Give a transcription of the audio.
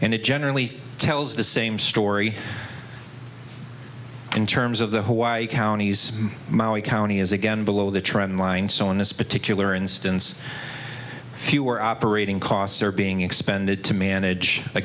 and it generally tells the same story in terms of the hawaii county's maui county is again below the trend line so in this particular instance if you are operating costs are being expended to manage a